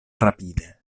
rapide